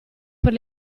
per